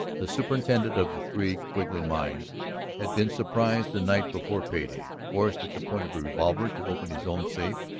the superintendent of the three quigley mines had been surprised the night before pay-day, forced at the point of a revolver to open his own safe,